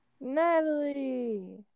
Natalie